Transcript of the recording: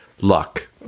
luck